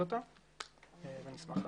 את המצגת.